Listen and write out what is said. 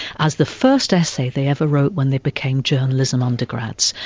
as the first essay they ever wrote when they became journalism undergrads,